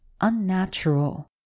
unnatural